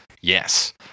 yes